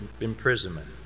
imprisonment